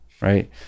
right